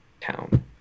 town